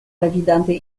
revidante